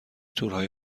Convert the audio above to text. تورهای